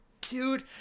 dude